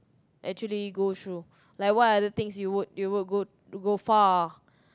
actually it goes through like what are the things you would you would go go far